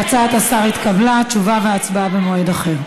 לך תשובה והצבעה במועד אחר.